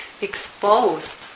exposed